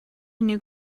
new